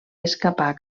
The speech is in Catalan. escapar